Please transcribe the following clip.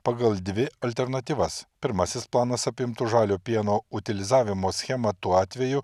pagal dvi alternatyvas pirmasis planas apimtų žalio pieno utilizavimo schemą tuo atveju